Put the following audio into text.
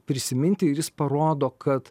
prisiminti ir jis parodo kad